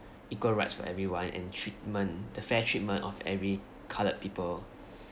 equal rights for everyone and treatment the fair treatment of every colored people